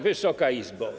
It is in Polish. Wysoka Izbo!